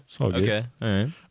Okay